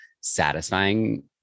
satisfying